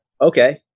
Okay